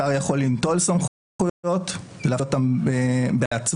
שר יכול ליטול סמכויות ולתת אותן בעצמו,